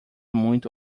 muito